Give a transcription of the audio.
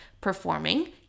performing